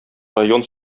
район